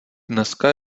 dneska